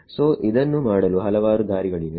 so ಇದನ್ನು ಮಾಡಲು ಹಲವಾರು ದಾರಿಗಳಿವೆ